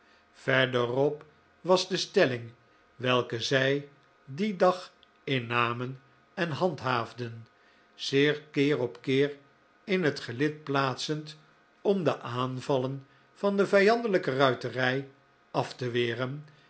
verderop was de stelling welke zij dien dag innamen en handhaafden zich keer op keer in het gelid plaatsend om de aanvallen van de vijandelijke ruiterij af te weren